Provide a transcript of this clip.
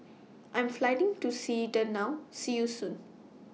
I Am Flying to Sweden now See YOU Soon